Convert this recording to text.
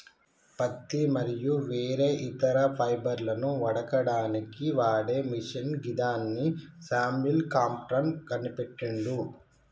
పత్తి మరియు వేరే ఇతర ఫైబర్లను వడకడానికి వాడే మిషిన్ గిదాన్ని శామ్యుల్ క్రాంప్టన్ కనిపెట్టిండు